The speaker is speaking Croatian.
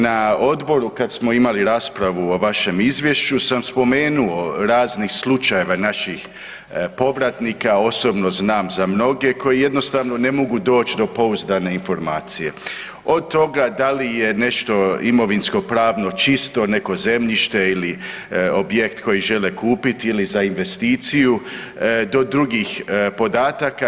Na odboru kad smo imali raspravu o vašem izvješću sam spomenuo raznih slučajeva naših povratnika, osobno znam za mnoge koji jednostavno ne mogu doći do pouzdane informacije od toga da li je nešto imovinsko pravno čisto neko zemljište ili objekt koji žele kupiti ili za investiciju do drugih podataka.